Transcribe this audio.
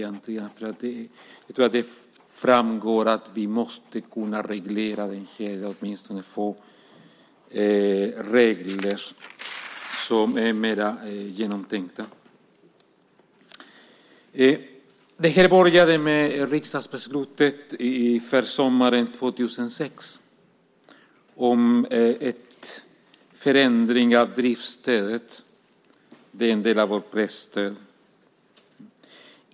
Jag tror att det framgår att vi måste kunna reglera det här eller åtminstone få regler som är med genomtänkta. Det började med riksdagsbeslutet under försommaren 2006 om en förändring av driftsstödet. Det är en del av vårt presstöd.